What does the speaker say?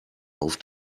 auf